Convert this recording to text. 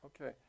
Okay